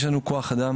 יש לנו כוח אדם